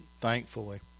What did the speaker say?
thankfully